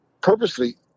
purposely